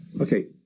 Okay